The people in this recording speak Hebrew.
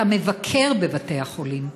אתה מבקר בבתי החולים,